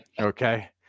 Okay